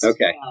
Okay